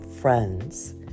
friends